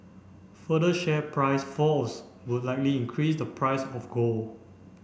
further share price falls would likely increase the price of gold